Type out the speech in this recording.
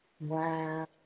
wow